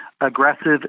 aggressive